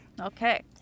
Okay